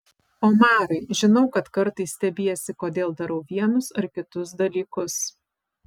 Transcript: omarai žinau kad kartais stebiesi kodėl darau vienus ar kitus dalykus